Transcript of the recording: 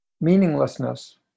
meaninglessness